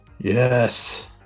Yes